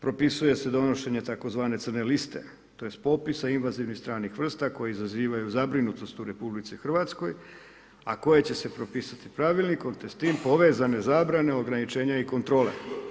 Propisuje se donošenje tzv. crne liste, tj. popisa invazivnih stranih vrsta koje izazivaju zabrinutost u Republici Hrvatskoj, a koje će se propisati pravilnikom, te s tim povezane zabrane ograničenja i kontrole.